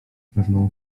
pewną